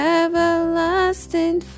everlasting